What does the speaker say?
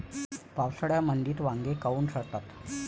पावसाळ्यामंदी वांगे काऊन सडतात?